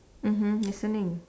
mmhmm listening